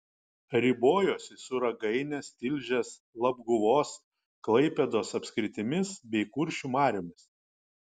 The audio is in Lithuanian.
ribojosi su ragainės tilžės labguvos klaipėdos apskritimis bei kuršių mariomis